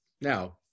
Now